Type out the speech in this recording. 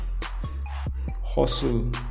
hustle